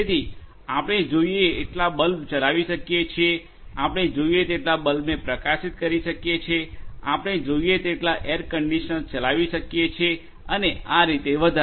તેથી આપણે જોઈએ એટલા બલ્બ ચલાવી શકીએ છીએ આપણે જોઈએ તેટલા બલ્બને પ્રકાશિત કરી શકીએ છીએ આપણે જોઈએ તેટલા એર કંડિશનર ચલાવી શકીએ છીએ અને આ રીતે વધારે